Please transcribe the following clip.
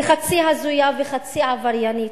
היא חצי הזויה וחצי עבריינית.